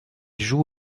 joue